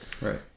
right